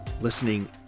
listening